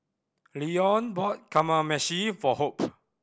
Leone bought Kamameshi for Hope